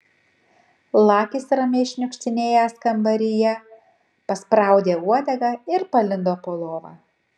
lakis ramiai šniukštinėjęs kambaryje paspraudė uodegą ir palindo po lova